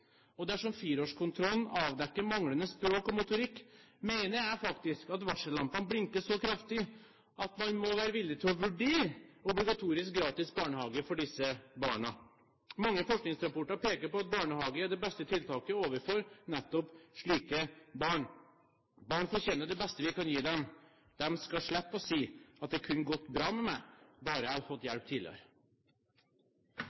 Dersom fireårskontrollen avdekker manglende språk og motorikk, mener jeg faktisk at varsellampene blinker så kraftig at man må være villig til å vurdere obligatorisk gratis barnehage for disse barna. Mange forskningsrapporter peker på at barnehage er det beste tiltaket for nettopp slike barn. Barn fortjener det beste vi kan gi dem. De skal slippe å si: Det kunne gått bra med meg, bare jeg hadde fått